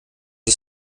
des